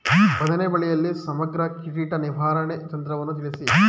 ಬದನೆ ಬೆಳೆಯಲ್ಲಿ ಸಮಗ್ರ ಕೀಟ ನಿರ್ವಹಣಾ ತಂತ್ರವನ್ನು ತಿಳಿಸಿ?